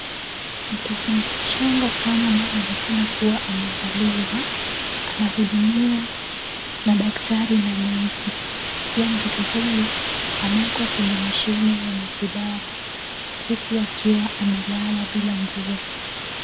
Mtoto mchanga sana anayeonekana kuwa amezaliwa, anahudumiwa na daktari na nesi. Pia mtoto huyu amewekwa kwenye mashine ya matibabu, huku akiwa amelala bila nguo.